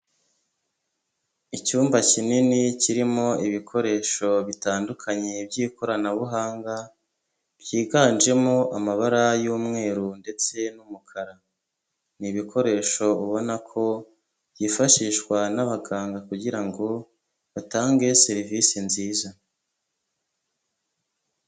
Icyumba kinini kirimo ibikoresho bitandukanye by'ikoranabuhanga byiganjemo amabara y'umweru ndetse n'umukara n'ibikoresho ubona ko byifashishwa n'abaganga kugirango batange serivisi nziza.